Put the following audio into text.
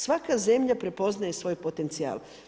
Svaka zemlja prepoznaje svoj potencijal.